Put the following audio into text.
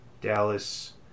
Dallas